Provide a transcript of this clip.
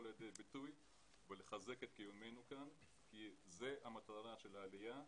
לידי ביטוי ולחזק את קיומנו כאן כי זאת מטרת העלייה,